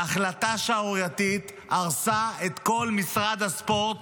בהחלטה שערורייתית הרסה את כל משרד הספורט